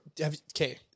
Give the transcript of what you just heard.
okay